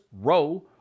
row